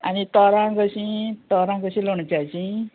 आनी तोरां कशीं तोरां कशीं लोणच्याचीं